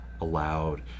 allowed